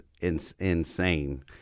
insane